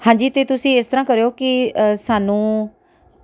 ਹਾਂਜੀ ਅਤੇ ਤੁਸੀਂ ਇਸ ਤਰ੍ਹਾਂ ਕਰਿਓ ਕਿ ਸਾਨੂੰ